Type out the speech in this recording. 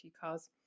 cars